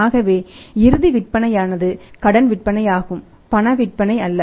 ஆகவே இறுதி விற்பனையானது கடன் விற்பனையாகும் பண விற்பனை அல்ல